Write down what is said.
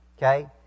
Okay